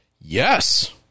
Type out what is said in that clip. yes